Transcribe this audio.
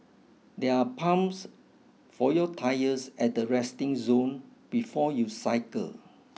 there are pumps for your tyres at the resting zone before you cycle